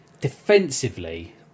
defensively